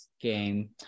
game